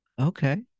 okay